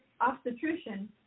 obstetrician